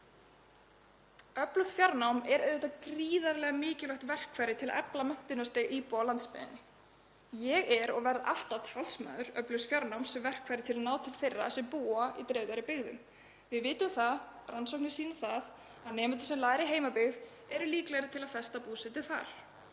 Öflugt fjarnám er auðvitað gríðarlega mikilvægt verkfæri til að efla menntunarstig íbúa á landsbyggðinni. Ég er og verð alltaf talsmaður öflugs fjarnáms sem verkfæris til að ná til þeirra sem búa í dreifðari byggðum. Við vitum það, rannsóknir sýna það, að nemendur sem læra í heimabyggð eru líklegri til að festa búsetu þar.